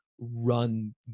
run